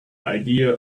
idea